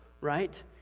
right